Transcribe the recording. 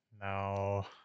No